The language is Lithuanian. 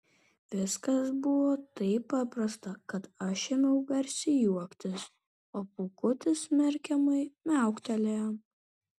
viskas buvo taip paprasta kad aš ėmiau garsiai juoktis o pūkutis smerkiamai miauktelėjo